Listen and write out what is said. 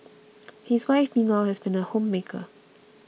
his wife meanwhile has been a homemaker